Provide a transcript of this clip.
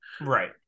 Right